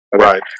Right